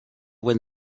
when